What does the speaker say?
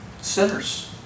Sinners